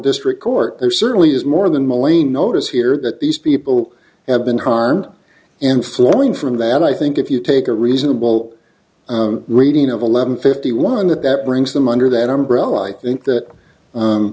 district court there certainly is more than mylene notice here that these people have been harmed and flowing from that i think if you take a reasonable reading of eleven fifty one that that brings them under that umbrella i think that